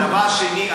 דבר שני,